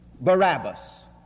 barabbas